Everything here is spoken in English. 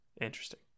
Interesting